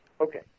okay